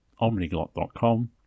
omniglot.com